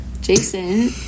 Jason